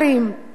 איך אנחנו,